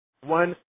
one